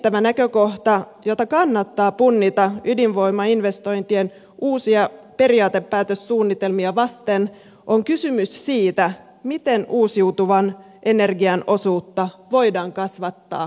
merkittävä näkökohta jota kannattaa punnita ydinvoimainvestointien uusia periaatepäätössuunnitelmia vasten on kysymys siitä miten uusiutuvan energian osuutta voidaan kasvattaa suomessa